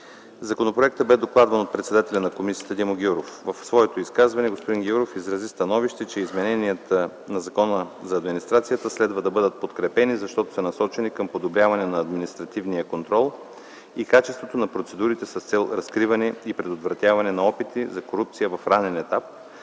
Законопроектът бе докладван от председателя на комисията Димо Гяуров. В своето изказване господин Гяуров изрази становище, че измененията на Закона за администрацията следва да бъдат подкрепени, защото са насочени към подобряване на административния контрол и качеството на процедурите с цел разкриване и предотвратяване на опити за корупция в ранен етап,